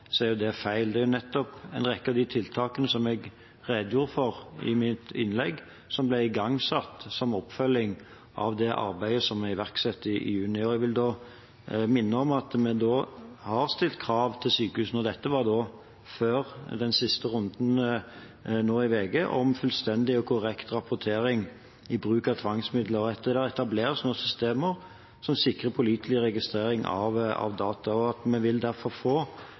er det feil. Det er nettopp en rekke av de tiltakene som jeg redegjorde for i mitt innlegg, som ble igangsatt som oppfølging av det arbeidet vi iverksatte i juni. Jeg vil minne om at vi har stilt krav til sykehusene. Dette var før den siste runden i VG om fullstendig og korrekt rapportering om bruk av tvangsmidler. Etter det er det etablert noen systemer som sikrer pålitelig registrering av data. Vi vil derfor få